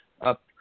up